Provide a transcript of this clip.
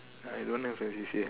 I don't have a C_C_A